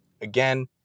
Again